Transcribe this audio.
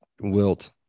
Wilt